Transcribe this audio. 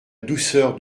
douceur